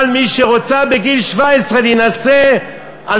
אבל מי שרוצה להינשא בגיל 17,